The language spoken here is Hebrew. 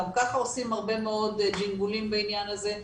גם ככה עושים הרבה מאוד ג'ינגולים בעניין הזה,